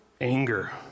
anger